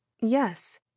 yes